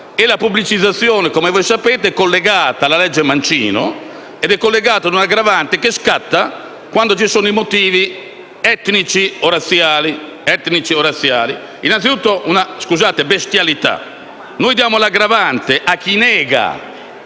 e la pubblicizzazione, come sapete, è collegata alla "legge Mancino" e a un'aggravante che scatta quando ci sono motivi etnici o razziali. È una bestialità: diamo l'aggravante a chi nega